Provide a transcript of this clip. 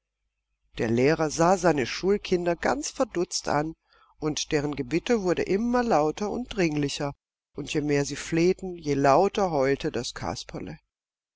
der lehrer sah seine schulkinder ganz verdutzt an und deren gebitte wurde immer lauter und dringlicher und je mehr sie flehten je lauter heulte das kasperle